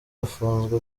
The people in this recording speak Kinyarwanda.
afunzwe